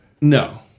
No